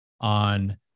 on